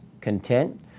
content